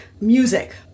music